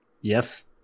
Yes